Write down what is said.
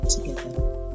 Together